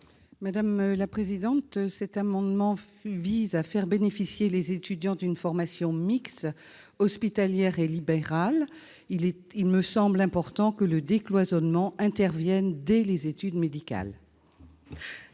Chantal Deseyne. Cet amendement vise à faire bénéficier les étudiants d'une formation mixte, hospitalière et libérale. Il me semble important que le décloisonnement intervienne dès les études médicales.